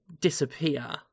disappear